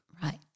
right